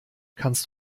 kannst